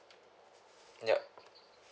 yup